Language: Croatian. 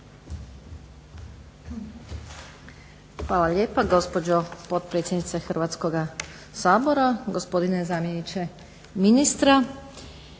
Hvala lijepa. Gospođo potpredsjednice Hrvatskoga sabora, gospodine zamjeniče ministra.